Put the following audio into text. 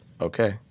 Okay